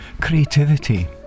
creativity